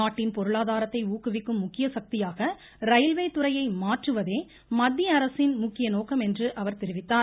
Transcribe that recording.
நாட்டின் பொருளாதாரத்தை ஊக்குவிக்கும் முக்கிய சக்தியாக ரயில்வே துறையை மாற்றுவதே மத்தியஅரசின் முக்கிய நோக்கம் என்று அவர் தெரிவித்தார்